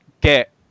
get